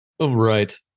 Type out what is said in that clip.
Right